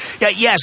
Yes